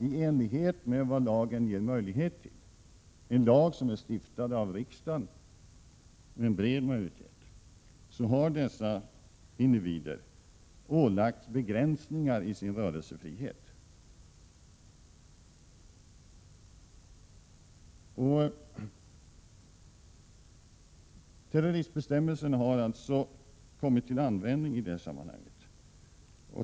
I enlighet med vad lagen ger möjlighet till — en lag som en bred majoritet i riksdagen har stiftat — har dessa individer ålagts begränsningar i sin rörelsefrihet. Terroristbestämmelserna har alltså kommit till användning i detta sammanhang.